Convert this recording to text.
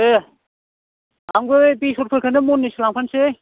दे आंबो बेसरफोरखौनो महननैसो लांफानसै